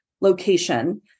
location